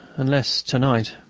unless to-night.